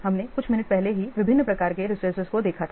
हमने कुछ मिनट पहले ही विभिन्न प्रकार के रिसोर्सेज को देखा है